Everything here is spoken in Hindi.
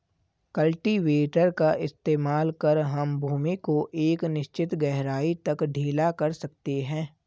कल्टीवेटर का इस्तेमाल कर हम भूमि को एक निश्चित गहराई तक ढीला कर सकते हैं